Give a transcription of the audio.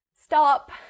stop